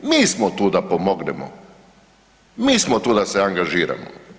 Mi smo tu da pomognemo, mi smo tu da se angažiramo.